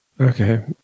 Okay